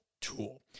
tool